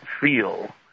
feel